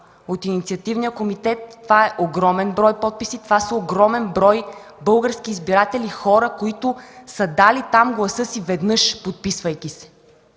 от инициативния комитет, това са огромен брой подписи, огромен брой български избиратели, хора, които са дали гласа си веднъж, подписвайки се.